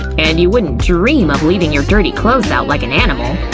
and you wouldn't dream of leaving your dirty clothes out like an animal.